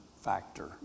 factor